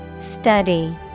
Study